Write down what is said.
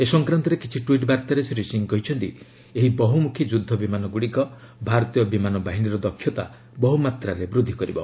ଏ ସଫକ୍ରାନ୍ତରେ କିଛି ଟ୍ୱିଟ୍ ବାର୍ତ୍ତାରେ ଶ୍ରୀ ସିଂହ କହିଛନ୍ତି ଏହି ବହୁମୁଖୀ ଯୁଦ୍ଧ ବିମାନ ଗୁଡ଼ିକ ଭାରତୀୟ ବିମାନ ବାହିନୀର ଦକ୍ଷତା ବହୁମାତ୍ରାରେ ବୃଦ୍ଧି କରିବ